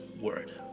word